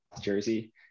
jersey